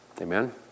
Amen